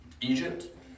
Egypt